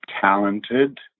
talented